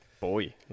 boy